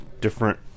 different